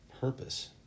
purpose